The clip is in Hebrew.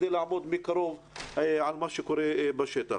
כדי לעמוד מקרוב על מה שקורה בשטח.